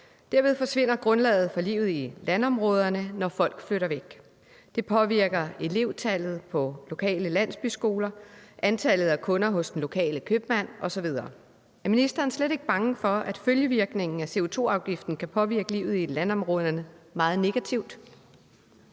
væk, forsvinder grundlaget for livet i landområderne. Det påvirker i elevtallet på lokale landsbyskoler, antallet af kunder hos den lokale købmand osv. Er ministeren slet ikke bange for, at følgevirkningen af CO2-afgiften kan påvirke livet i landområderne meget negativt?